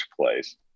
place